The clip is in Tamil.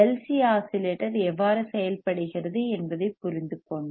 சி ஆஸிலேட்டர் எவ்வாறு செயல்படுகிறது என்பதைப் புரிந்துகொண்டோம்